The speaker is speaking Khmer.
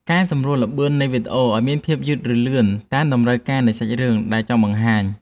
កែសម្រួលល្បឿននៃវីដេអូឱ្យមានភាពយឺត ឬ លឿនតាមតម្រូវការនៃសាច់រឿងដែលចង់បង្ហាញ។